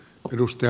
kiitos